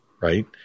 Right